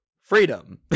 Freedom